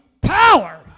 power